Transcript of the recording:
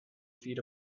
feet